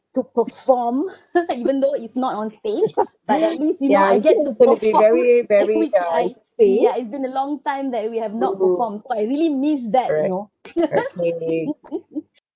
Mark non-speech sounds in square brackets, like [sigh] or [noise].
to perform [laughs] even though it's not onstage like I miss you know [laughs] I just to perform in which I so ya it's been a long time that we have not performed so I really miss that you know [laughs]